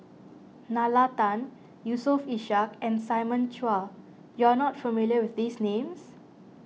Nalla Tan Yusof Ishak and Simon Chua you are not familiar with these names